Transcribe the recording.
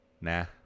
Nah